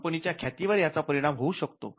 कंपनीच्या ख्यातीवर याचा परिणाम होऊ शकतो